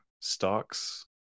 stocks